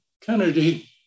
Kennedy